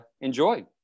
enjoy